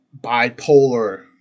bipolar